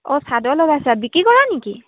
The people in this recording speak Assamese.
অঁ চাদৰ লগাইছা বিক্ৰী কৰা নেকি